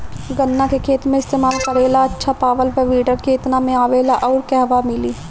गन्ना के खेत में इस्तेमाल करेला अच्छा पावल वीडर केतना में आवेला अउर कहवा मिली?